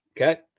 Okay